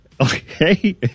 Okay